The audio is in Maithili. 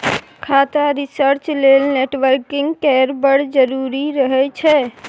खाता रिसर्च लेल नेटवर्किंग केर बड़ जरुरी रहय छै